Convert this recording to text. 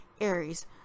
Aries